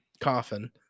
coffin